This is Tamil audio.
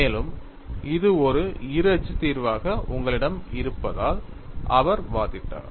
மேலும் இது ஒரு இரு அச்சு தீர்வாக உங்களிடம் இருப்பதால் அவர் வாதிட்டார்